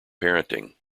parenting